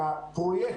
שהפרויקט,